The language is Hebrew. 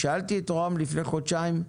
שאלתי את ראש הממשלה לפני חודשיים,